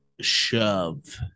shove